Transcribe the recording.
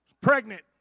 pregnant